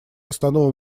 основного